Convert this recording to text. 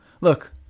look